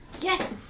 Yes